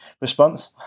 response